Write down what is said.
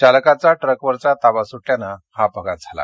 चालकाचा ट्रकवरचा ताबा सुटल्यानं हा अपघात झाला